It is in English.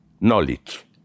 knowledge